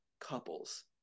couples